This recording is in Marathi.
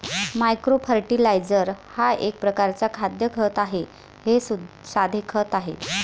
मायक्रो फर्टिलायझर हा एक प्रकारचा खाद्य खत आहे हे साधे खते आहेत